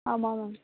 ஆமாம் மேம்